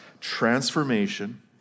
transformation